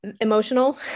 emotional